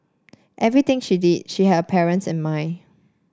everything she did she had parents and mind